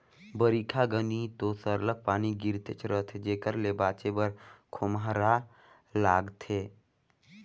बरिखा घनी दो सरलग पानी गिरतेच रहथे जेकर ले बाचे बर खोम्हरा लागथे